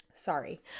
sorry